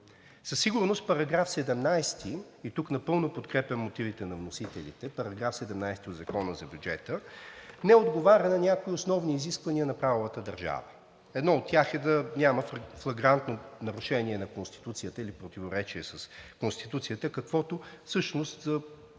Със сигурност § 17 – и тук напълно подкрепям мотивите на вносителите, § 17 от Закона за бюджета не отговаря на някои основни изисквания на правовата държава. Едно от тях е да няма флагрантно нарушение на Конституцията или противоречие с Конституцията, каквото всъщност голяма